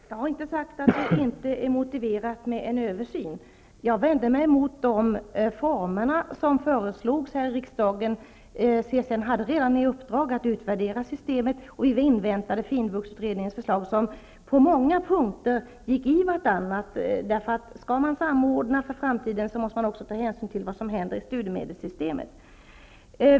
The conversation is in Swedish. Herr talman! Jag har inte sagt att det inte är motiverat med en översyn. Jag vände mig mot de former som föreslogs här i riksdagen. CSN hade redan i uppdrag att utvärdera systemet, och vi inväntade finvuxutredningens förslag. Dessa gick på många punkter i varandra. Om man skall samordna för framtiden måste man nämligen ta hänsyn också till vad som händer i studiemedelssystemet.